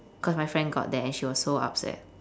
cause my friend got that and she was so upset